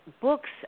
books